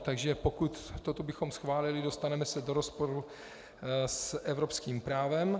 Takže pokud bychom toto schválili, dostaneme se do rozporu s evropským právem.